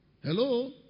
Hello